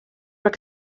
were